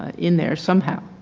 ah in there somehow,